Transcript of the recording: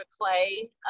Clay